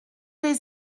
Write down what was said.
les